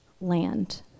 land